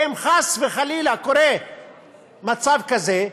ואם חס וחלילה קורה מצב כזה,